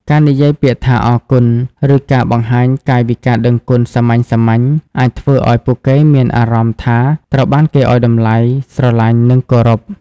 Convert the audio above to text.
ការនិយាយពាក្យថា "អរគុណ" ឬការបង្ហាញកាយវិការដឹងគុណសាមញ្ញៗ អាចធ្វើឱ្យពួកគេមានអារម្មណ៍ថាត្រូវបានគេឱ្យតម្លៃ ស្រឡាញ់ និងគោរព។